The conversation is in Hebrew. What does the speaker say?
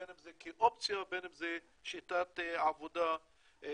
בין אם זה כאופציה ובין אם זה שיטת עבודה חדשה.